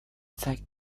zeigt